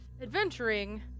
adventuring